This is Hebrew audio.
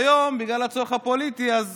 היום, בגלל הצורך הפוליטי, אז